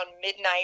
midnight